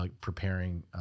Preparing